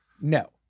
No